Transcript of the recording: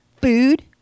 food